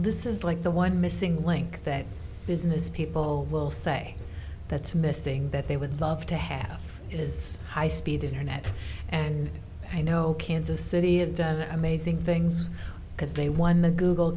this is like the one missing link that business people will say that's missing that they would love to have is high speed internet and i know kansas city have done amazing things because they won the google